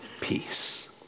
peace